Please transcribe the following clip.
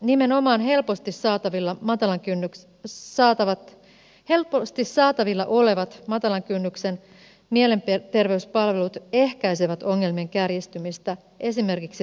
nimenomaan helposti saatavilla olevat matalan kynnyksen mielenterveyspalvelut ehkäisevät ongelmien kärjistymistä esimerkiksi väkivallanteoiksi